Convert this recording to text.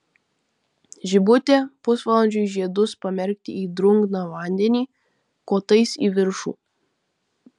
žibutė pusvalandžiui žiedus pamerkti į drungną vandenį kotais į viršų